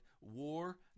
war